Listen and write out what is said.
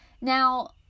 Now